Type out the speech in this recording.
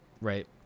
Right